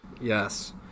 Yes